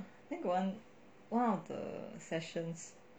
then got one one of the sessions